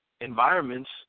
environments